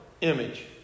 image